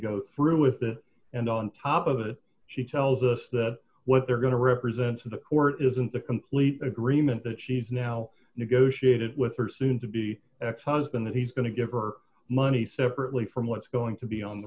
go through with it and on top of it she tells us that what they're going to represent to the court isn't the complete agreement that she's now negotiated with her soon to be ex husband that he's going to get her money separately from what's going to be on the